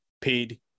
paid